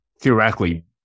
theoretically